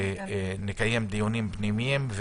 ונקיים דיונים פנימיים,